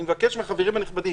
אני מבקש מהחברים הנכבדים,